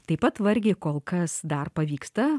taip pat vargiai kol kas dar pavyksta